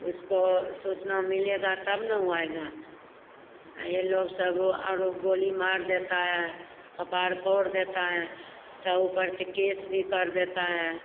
उसको सूचना मिलेगा तब न वो आएगा ये लोग सब गोली मार देता है कपाड़ फोड़ देता है ता ऊपर से केस भी कर देता है